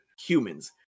humans